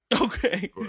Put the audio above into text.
Okay